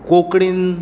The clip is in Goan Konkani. कोंकणीन